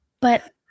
But-